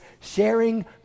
sharing